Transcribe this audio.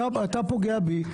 אתה פוגע בי.